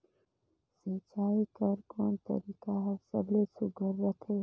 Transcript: सिंचाई कर कोन तरीका हर सबले सुघ्घर रथे?